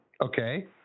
Okay